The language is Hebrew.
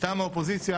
מטעם האופוזיציה,